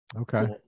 okay